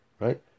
right